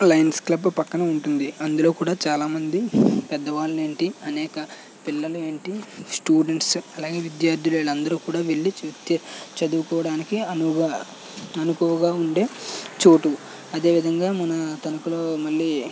lions club ప్రక్కన ఉంటుంది అందులో కూడా చాలామంది పెద్దవాళ్ళు ఏంటి అనేక పిల్లలు ఏంటి స్టూడెంట్స్ అలాగే విద్యార్థులు వీళ్ళు అందరూ కూడా వెళ్ళి చ చదువుకోవడానికి అణువుగా అణకువగా ఉండే చోటు చోటు అదేవిధంగా మన తణుకులో మళ్ళీ